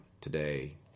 Today